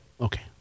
Okay